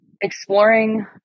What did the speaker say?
exploring